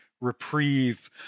reprieve